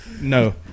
No